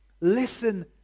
Listen